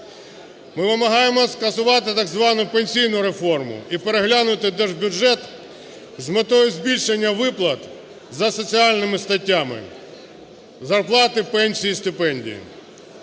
Ми вимагаємо скасувати так звану пенсійну реформу і переглянути держбюджет з метою збільшення виплат за соціальними статтями: зарплати, пенсії, стипендії.